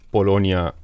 Polonia